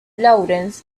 lawrence